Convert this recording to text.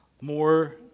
more